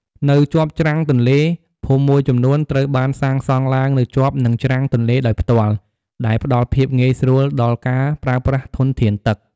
នៅជាប់ច្រាំងទន្លេ ភូមិមួយចំនួនត្រូវបានសាងសង់ឡើងនៅជាប់នឹងច្រាំងទន្លេដោយផ្ទាល់ ដែលផ្តល់ភាពងាយស្រួលដល់ការប្រើប្រាស់ធនធានទឹក។